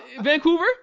Vancouver